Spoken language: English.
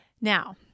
Now